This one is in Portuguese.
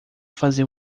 fazer